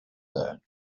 that